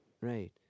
Right